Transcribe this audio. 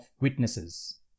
witnesses